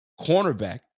cornerback